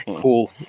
cool